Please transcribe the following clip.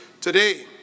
today